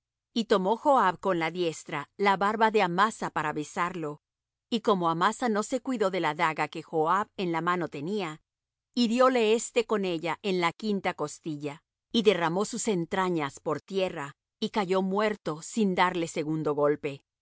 y tomó joab con la diestra la barba de amasa para besarlo y como amasa no se cuidó de la daga que joab en la mano tenía hirióle éste con ella en la quinta costilla y derramó sus entrañas por tierra y cayó muerto sin darle segundo golpe